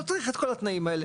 לא צריך את כל התנאים האלה.